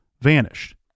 vanished